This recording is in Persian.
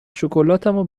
شکلاتمو